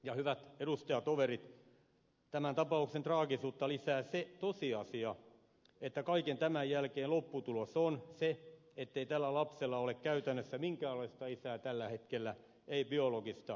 ja hyvät edustajatoverit tämän tapauksen traagisuutta lisää se tosiasia että kaiken tämän jälkeen lopputulos on se ettei tällä lapsella ole käytännössä minkäänlaista isää tällä hetkellä ei biologista eikä sosiaalista